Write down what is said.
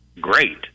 great